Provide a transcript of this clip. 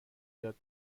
یاد